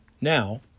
Now